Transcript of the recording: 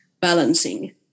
balancing